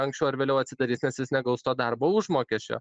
anksčiau ar vėliau atsidarys nes jis negaus to darbo užmokesčio